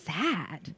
sad